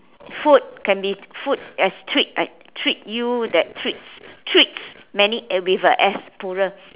food can be food as treats I treat you that treats treats many eh with a s plural